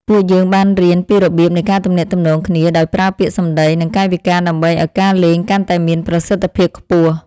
ពួកយើងបានរៀនពីរបៀបនៃការទំនាក់ទំនងគ្នាដោយប្រើពាក្យសម្តី និង កាយវិការដើម្បីឱ្យការលេងកាន់តែមានប្រសិទ្ធភាពខ្ពស់។